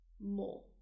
more